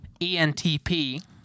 ENTP